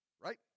right